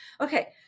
Okay